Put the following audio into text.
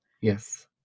Yes